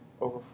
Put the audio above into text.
Over